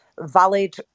valid